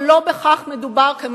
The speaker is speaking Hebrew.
אבל לא בכך מדובר כאן.